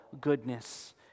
goodness